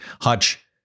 Hutch